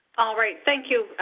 all right. thank you,